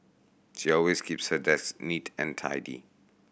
she always keeps her desk neat and tidy